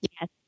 Yes